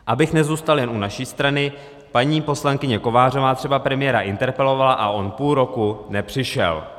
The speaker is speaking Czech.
Abych nezůstal jen u naší strany, paní poslankyně Kovářová třeba premiéra interpelovala a on půl roku nepřišel.